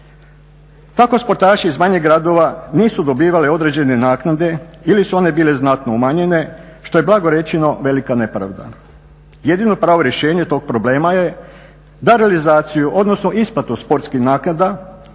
Tako sportaši iz manjih gradova nisu dobivali određene naknade ili su one bile znatno umanjene što je blago rečeno velika nepravda. Jedino pravo rješenje tog problema je da realizaciju, odnosno isplatu sportskih naknada